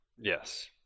yes